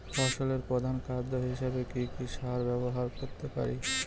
ফসলের প্রধান খাদ্য হিসেবে কি কি সার ব্যবহার করতে পারি?